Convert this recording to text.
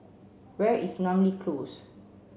where is Namly Close